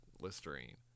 listerine